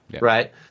right